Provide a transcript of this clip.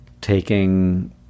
taking